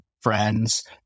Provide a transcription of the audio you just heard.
friends